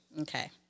Okay